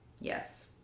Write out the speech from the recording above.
yes